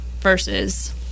versus